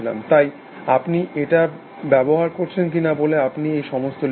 তাই আপনি এটা ব্যবহার করছেন কিনা বলে আপনি এই সমস্ত লিখেছেন